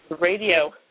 radio